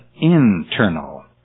internal